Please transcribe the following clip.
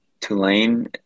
Tulane